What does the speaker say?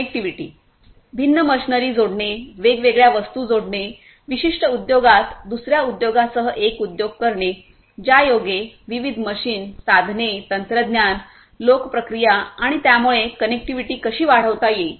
connectivity भिन्न machinery जोडणे वेगवेगळ्या वस्तू जोडणे विशिष्ट उद्योगात दुसर्या उद्योगासह एक उद्योग करणे ज्यायोगे विविध मशीन साधने तंत्रज्ञान लोक प्रक्रिया आणि त्यामुळे कनेक्टिव्हिटी कशी वाढवता येईल